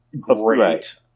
great